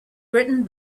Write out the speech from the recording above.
written